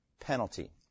penalty